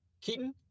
Keaton